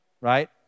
right